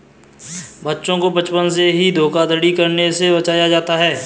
बच्चों को बचपन से ही धोखाधड़ी करने से बचाया जाता है